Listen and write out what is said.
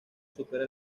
supera